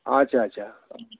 अच्छा अच्छा